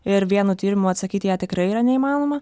ir vienu tyrimu atsakyti į ją tikrai yra neįmanoma